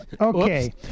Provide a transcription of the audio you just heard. Okay